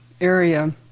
area